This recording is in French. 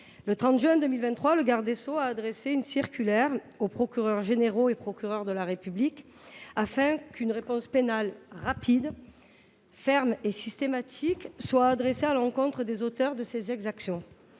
Le 30 juin 2023, le garde des sceaux a adressé une circulaire aux procureurs généraux et aux procureurs de la République, afin qu’une réponse pénale rapide, ferme et systématique soit apportée à l’encontre des auteurs de ces exactions.